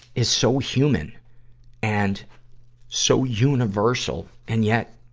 is so human and so universal, and yet,